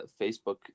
Facebook